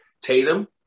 Tatum